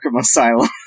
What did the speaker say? Asylum